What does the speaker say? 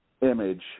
image